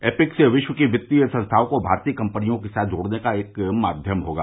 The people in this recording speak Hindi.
एपिक्स विश्व की वित्तीय संस्थाओं को भारतीय कंपनियों के साथ जोड़ने का एक माध्यम होगा